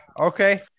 Okay